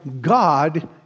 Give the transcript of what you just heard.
God